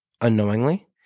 unknowingly